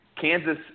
Kansas